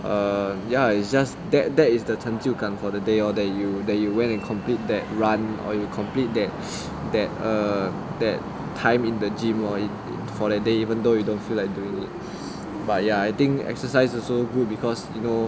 err ya it's just that that is the 成就感 for the day lor that you that you went and complete that run or you complete that that err that time in the gym lor for the day even though you don't feel like doing it but ya I think exercise also good because you know